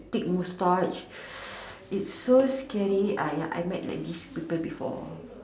big mustache it's so scary ah ya I met like these people before